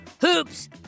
Hoops